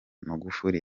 magufuli